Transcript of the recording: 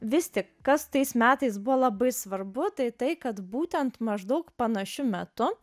vis tik kas tais metais buvo labai svarbu tai tai kad būtent maždaug panašiu metu